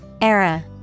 Era